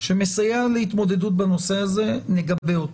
שמסייע להתמודדות בנושא הזה, נגבה אותו.